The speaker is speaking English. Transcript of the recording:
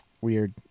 weird